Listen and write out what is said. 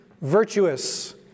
virtuous